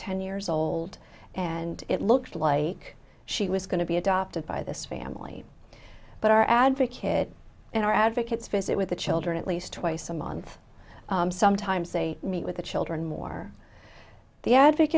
ten years old and it looked like she was going to be adopted by this family but our advocate and our advocates visit with the children at least twice a month sometimes they meet with the children more the ad